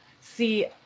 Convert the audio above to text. See